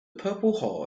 purple